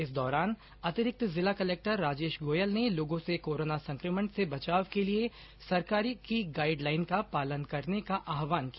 इस दौरान अतिरिक्त जिला कलेक्टर राजेश गोयल ने लोगों से कोरोना संक्रमण से बचाव के लिए सरकार की गाइड लाइन का पालन करने का आहवान किया